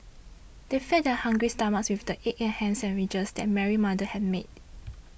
they fed their hungry stomachs with the egg and ham sandwiches that Mary's mother had made